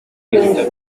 izi